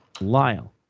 Lyle